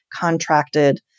contracted